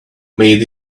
made